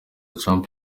trump